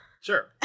Sure